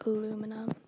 Aluminum